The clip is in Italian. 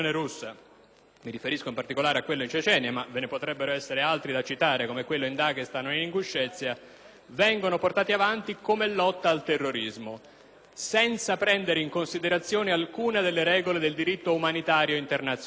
mi riferisco in particolare a quello in Cecenia, ma ve ne potrebbero essere altri da citare, come quelli in Daghestan e Inguscezia - viene portato avanti come lotta al terrorismo, senza prendere in considerazione alcune delle regole del diritto umanitario internazionale.